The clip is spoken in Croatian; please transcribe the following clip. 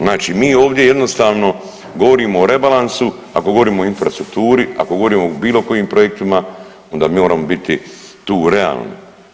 Znači mi ovdje jednostavno govorimo o rebalansu, ako govorimo o infrastrukturi, ako govorimo o bilo kojim projektima onda moramo biti tu realni.